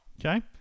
Okay